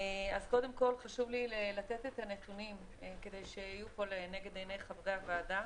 קודם כל חשוב לי לתת את הנתונים כדי שיהיו פה לנגד עיני חברי הוועדה.